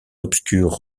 obscure